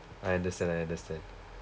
I understand I understand